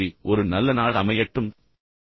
மீண்டும் நன்றி ஒரு நல்ல நாள் அமையட்டும்